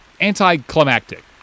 anticlimactic